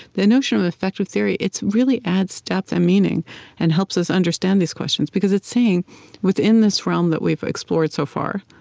the notion of effective theory it really adds depth and meaning and helps us understand these questions, because it's saying within this realm that we've explored so far,